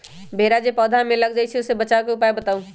भेरा जे पौधा में लग जाइछई ओ से बचाबे के उपाय बताऊँ?